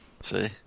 See